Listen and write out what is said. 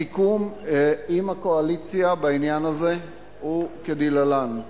הסיכום עם הקואליציה בעניין הזה הוא כדלהלן: